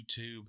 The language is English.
YouTube